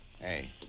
Hey